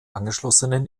angeschlossenen